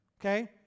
Okay